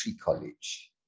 College